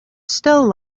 still